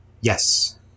Yes